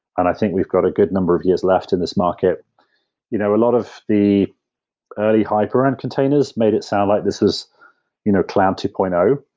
and i think we've got a good number of years left in this market you know a lot of the early hype around containers made it sound like this is you know cloud two point zero,